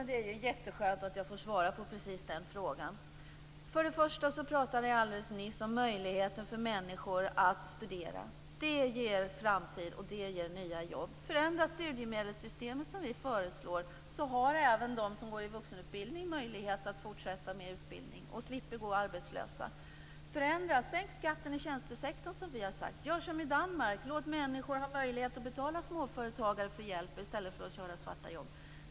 Fru talman! Det är bra att jag får svara på just den frågan. För det första pratade jag alldeles nyss om möjligheten för människor att studera. Det ger framtid och nya jobb. Förändra studiemedelssystemet, som vi föreslår, så har även de som går i vuxenutbildning möjlighet att fortsätta med utbildning och slipper gå arbetslösa. Sänk skatten i tjänstesektorn, som vi har sagt. Gör som i Danmark, ge människor möjlighet att betala småföretagare för hjälp i stället för att det görs svarta jobb.